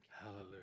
Hallelujah